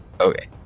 okay